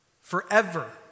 Forever